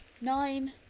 Nine